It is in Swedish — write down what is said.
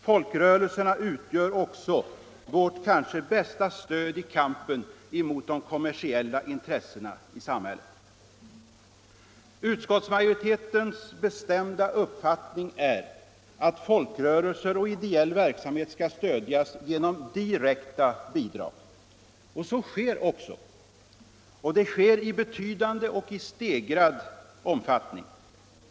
Folkrörelserna utgör också vårt kanske bästa stöd i kampen mot de kommersiella intressena i samhället. Utskottsmajoritetens bestämda uppfattning är att folkrörelser och ideell verksamhet skall stödjas genom direkta bidrag. Så sker också. Och det sker i betydande och i stegrad omfattning.